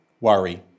worry